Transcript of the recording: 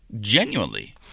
Genuinely